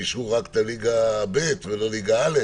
שהשעו רק את ליגה ב' ולא את ליגה א'.